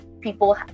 people